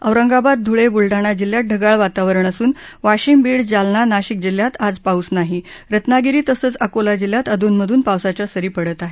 औरंगाबाद धुळे बूलडाणा जिल्ह्यात ढगाळ वातावरण असून वाशिम बीड जालना नाशिक जिल्ह्यात आज पाऊस नाही रत्नागिरी तसंच अकोला जिल्ह्यात अध्नमधून पावसाच्या सरी पडत आहेत